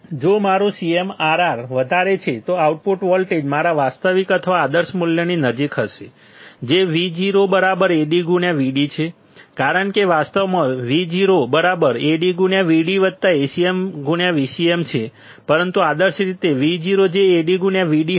જો મારું CMRR વધારે છે આઉટપુટ વોલ્ટેજ મારા વાસ્તવિક અથવા આદર્શ મૂલ્યની નજીક હશે જે VoAd Vd છે કારણ કે વાસ્તવમાં VoAdVdAcmVcm છે પરંતુ આદર્શ રીતે Vo જે AdVd હશે